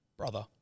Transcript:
Brother